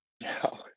no